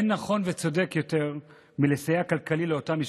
אין נכון וצודק יותר מלסייע כלכלית לאותן משפחות.